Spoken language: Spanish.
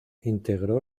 integró